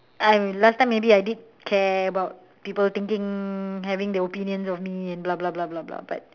I mean last time maybe I did care about people thinking having their opinions of me and blah blah blah blah but